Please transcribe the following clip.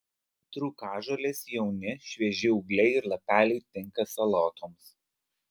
trūkažolės jauni švieži ūgliai ir lapeliai tinka salotoms